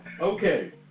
Okay